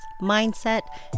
mindset